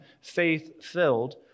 faith-filled